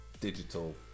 digital